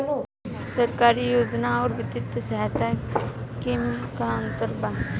सरकारी योजना आउर वित्तीय सहायता के में का अंतर बा?